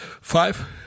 five